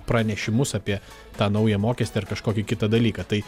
pranešimus apie tą naują mokestį ar kažkokį kitą dalyką tai